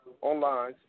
online